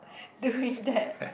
doing that